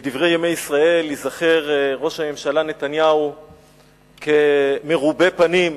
בדברי ימי ישראל ייזכר ראש הממשלה נתניהו כמרובה פנים,